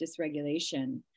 dysregulation